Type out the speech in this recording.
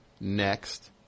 next